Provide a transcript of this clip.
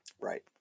Right